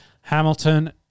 Hamilton